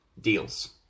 Deals